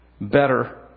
Better